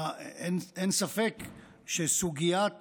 אין ספק שסוגיית